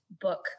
book